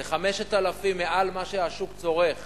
זה 5,000 מעל מה שהשוק צורך